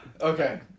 Okay